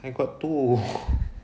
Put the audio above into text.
I got two